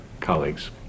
colleagues